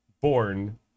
born